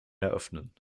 eröffnen